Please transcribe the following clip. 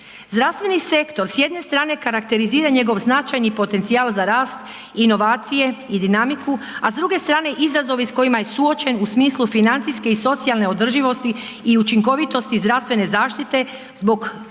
Zdravstveni sektor s jedne strane karakterizira njegov značajni potencijal za rast, inovacije i dinamiku a s druge strane izazove s kojima je suočen u smislu financijske i socijalne održivosti i učinkovitosti zdravstvene zaštite zbog čega